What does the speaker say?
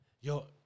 Yo